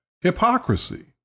hypocrisy